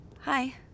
Hi